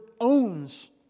owns